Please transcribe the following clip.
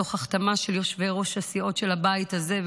תוך החתמה של יושבי-ראש סיעות של הבית הזה.